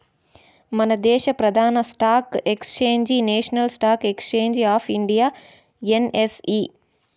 మనదేశ ప్రదాన stock exchange national stock exchange of India NSE